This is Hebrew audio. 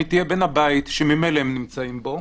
היא תהיה בין הבית שממילא הם נמצאים בו,